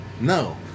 no